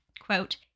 quote